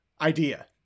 idea